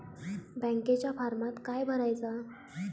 बँकेच्या फारमात काय भरायचा?